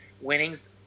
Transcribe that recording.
winnings